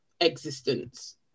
existence